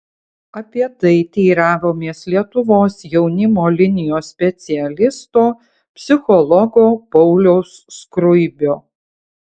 apie tai teiravomės lietuvos jaunimo linijos specialisto psichologo pauliaus skruibio